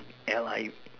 L I